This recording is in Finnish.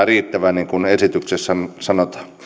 riittävä niin kuin esityksessä sanotaan